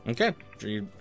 Okay